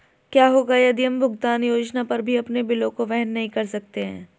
क्या होगा यदि हम भुगतान योजना पर भी अपने बिलों को वहन नहीं कर सकते हैं?